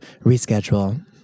reschedule